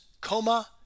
coma